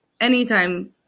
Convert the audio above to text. Anytime